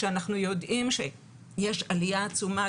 כשאנחנו יודעים שיש עלייה עצומה,